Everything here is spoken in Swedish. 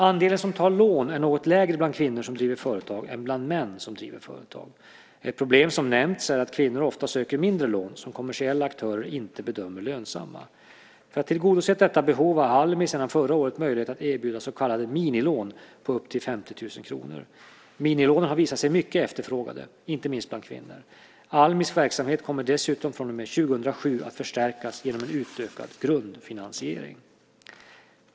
Andelen som tar lån är något lägre bland kvinnor som driver företag än bland män som driver företag. Ett problem som nämns är att kvinnor ofta söker mindre lån, som kommersiella aktörer inte bedömer lönsamma. För att tillgodose detta behov har Almi sedan förra året möjlighet att erbjuda så kallade minilån på upp till 50 000 kr. Minilånen har visat sig mycket efterfrågade, inte minst bland kvinnor. Almis verksamhet kommer dessutom från och med 2007 att förstärkas genom en utökad grundfinansiering.